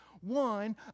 one